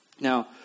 Now